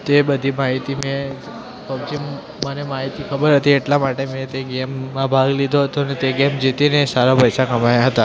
તે બધી માહિતી મેં પબજી મને માહિતી ખબર હતી એટલા માટે મેં તે ગેમમાં ભાગ લીધો હતો અને તે ગેમ જીતીને સારા પૈસા કમાયા હતા